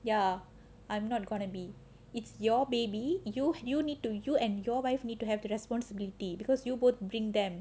ya I'm not gonna be it's your baby you you need to you and your wife need to have the responsibility because you both bring them